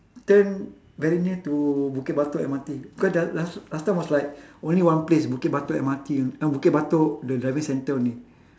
turn very near to bukit batok M_R_T cause the last last time was like only one place bukit batok M_R_T oh bukit batok the driving centre only